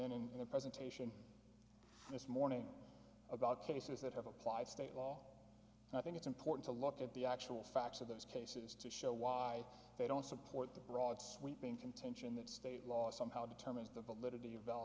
then in the presentation this morning about cases that have applied state law and i think it's important to look at the actual facts of those cases to show why they don't support the broad sweeping contention that state law somehow determines the validity of